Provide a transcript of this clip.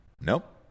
Nope